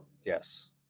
Yes